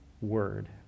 word